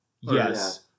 Yes